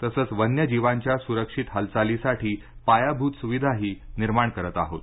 तसंच वन्यजीवांच्या सुरक्षित हालचालीसाठी पायाभूत सुविधाही निर्माण करत आहोत